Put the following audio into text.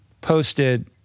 posted